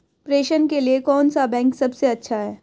प्रेषण के लिए कौन सा बैंक सबसे अच्छा है?